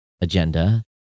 agenda